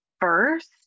first